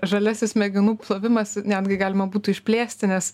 žaliasis smegenų plovimas netgi galima būtų išplėsti nes